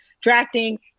drafting